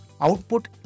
output